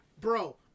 Bro